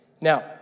Now